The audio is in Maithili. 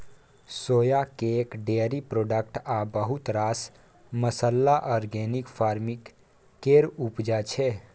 सोया केक, डेयरी प्रोडक्ट आ बहुत रास मसल्ला आर्गेनिक फार्मिंग केर उपजा छै